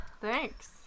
Thanks